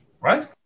right